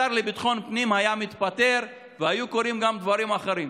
השר לביטחון פנים היה מתפטר והיו קורים גם דברים אחרים,